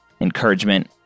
encouragement